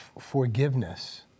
forgiveness